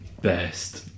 best